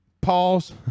Pause